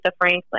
Franklin